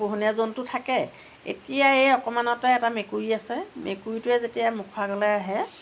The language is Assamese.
পোহনীয়া জন্তু থাকে এতিয়া এই অকনমাণতে এটা মেকুৰী আছে মেকুৰীটোৱে যেতিয়া মুখৰ আগলৈ আহে